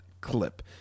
clip